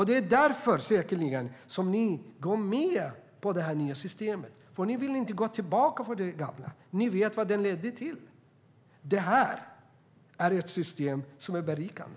Det är säkerligen därför som ni går med på det nya systemet. Ni vill inte gå tillbaka till det gamla. Ni vet vad det ledde till. Det här är ett system som är berikande.